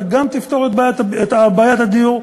אתה גם תפתור את בעיית הדיור,